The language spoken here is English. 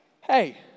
hey